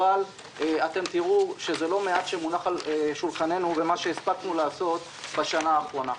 אבל תראו שלא מעט מונח על שולחננו ומה הספקנו לעשות בשנה האחרונה.